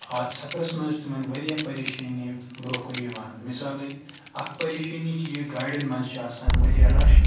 اَتھ سَفرَس منٛز چھِ تِمَن واریاہ پریشٲنی برونٛہہ کُن یِوان مِثالٕے اَکھ پریشٲنی چھِ یہِ گاڑٮ۪ن منٛز چھِ آسان واریاہ رَش